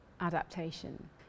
adaptation